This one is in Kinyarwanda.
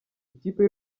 ikipe